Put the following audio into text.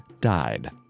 died